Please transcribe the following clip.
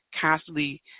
constantly